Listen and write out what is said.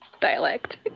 dialect